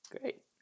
Great